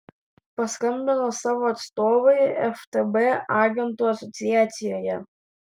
paskambino savo atstovui ftb agentų asociacijoje